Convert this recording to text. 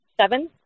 Seven